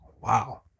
wow